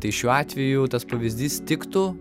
tai šiuo atveju tas pavyzdys tiktų